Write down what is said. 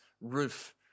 roof